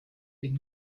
been